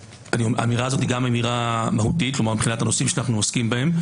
האמירה הזו היא גם מהותית מבחינת הנושאים שאנו עוסקים בהם,